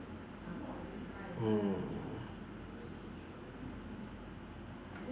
mm